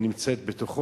נמצאת בה,